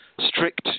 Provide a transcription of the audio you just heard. strict